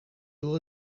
door